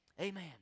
Amen